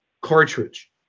cartridge